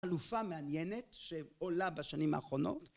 אלופה מעניינת שעולה בשנים האחרונות